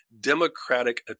democratic